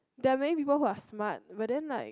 they're many people who are smart but then like